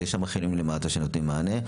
יש שם חניונים למטה שנותנים מענה.